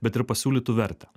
bet ir pasiūlytų vertę